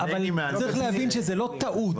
צריך להבין שזאת לא טעות.